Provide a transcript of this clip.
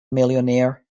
millionaire